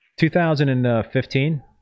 2015